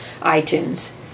iTunes